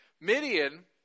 Midian